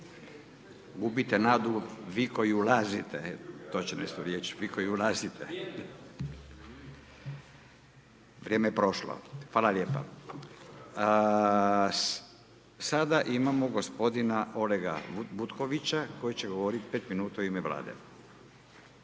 riječ, vi koji ulazite. …/Upadica se ne čuje./… Vrijeme je prošlo, hvala lijepa. Sada imamo gospodina Olega Butkovića koji će govoriti 5 minuta u ime Vlade.